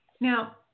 Now